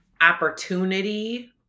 opportunity